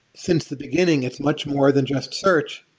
since the beginning, it's much more than just search.